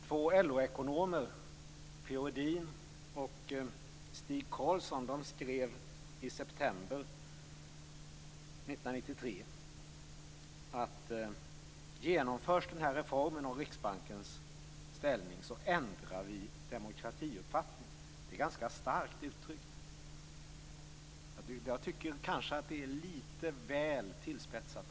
Två LO ekonomer, P-O Edin och Stig Carlsson, skrev i september 1993: Genomförs reformen om Riksbankens ställning, ändrar vi demokratiuppfattning. Det är ganska starkt uttryckt. Jag tycker att det kanske är litet väl tillspetsat.